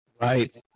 Right